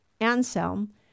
Anselm